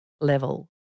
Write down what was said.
level